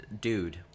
dude